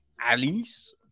Alice